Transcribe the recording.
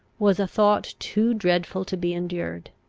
was a thought too dreadful to be endured.